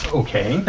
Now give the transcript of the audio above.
okay